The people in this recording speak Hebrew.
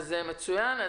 מצוין.